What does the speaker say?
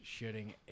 shitting